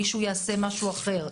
מישהו יעשה משהו אחר,